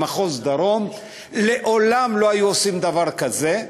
במחוז דרום לעולם לא היו עושים דבר כזה,